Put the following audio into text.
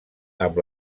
amb